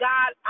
God